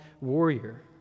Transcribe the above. warrior